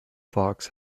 fox